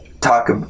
talk